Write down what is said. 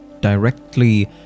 directly